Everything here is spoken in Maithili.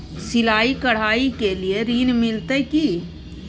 सिलाई, कढ़ाई के लिए ऋण मिलते की?